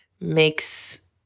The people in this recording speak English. makes